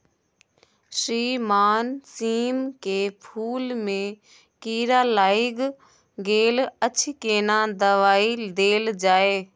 श्रीमान सीम के फूल में कीरा लाईग गेल अछि केना दवाई देल जाय?